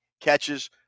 catches